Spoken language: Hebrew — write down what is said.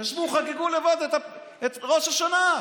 ישבו וחגגו לבד את ראש השנה.